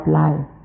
life